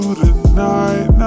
tonight